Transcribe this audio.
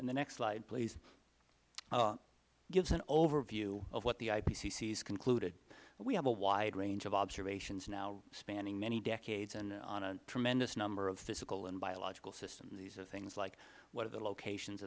and the next slide please gives an overview of what the ipcc has concluded we have a wide range of observations now spanning many decades on a tremendous number of physical and biological systems these are things like what are the locations